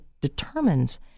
determines